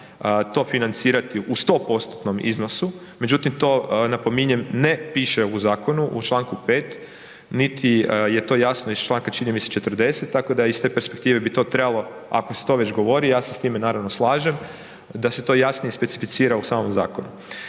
to financirati u 100%-tnom iznosu, međutim, to, napominjem, ne piše u zakonu u čl. 5. niti je to jasno iz članka, čini mi se, 40., tako da iz te perspektive bi to trebalo, ako se to već govori, ja se s time, naravno, slažem, da se to jasnije specificira u samom zakonu.